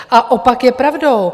A opak je pravdou.